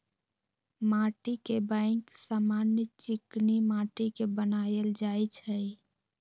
माटीके बैंक समान्य चीकनि माटि के बनायल जाइ छइ